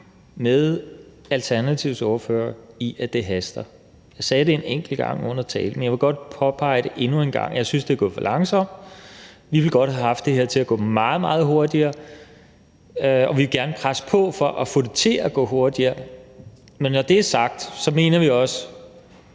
med Alternativets ordfører i, at det haster. Jeg sagde det en enkelt gang under talen, men jeg vil godt påpege det endnu en gang: Jeg synes, det er gået for langsomt. Vi ville godt have haft det her til at gå meget, meget hurtigere, og vi vil gerne presse på for at få det til at gå hurtigere. Men når det er sagt, mener vi også,